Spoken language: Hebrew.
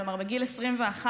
כלומר בגיל 21,